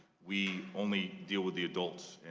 we only deal with the adults.